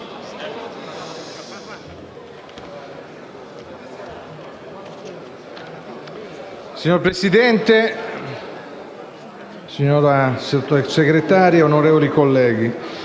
Signora Presidente, signora Sottosegretario, ono- revoli colleghi,